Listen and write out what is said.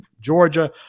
Georgia